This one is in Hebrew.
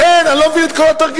לכן, אני לא מבין את כל התרגיל.